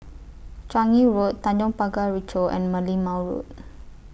Changi Road Tanjong Pagar Ricoh and Merlimau Road